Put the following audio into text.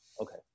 Okay